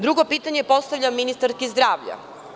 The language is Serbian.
Drugo pitanje postavljam ministarki zdravlja.